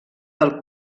del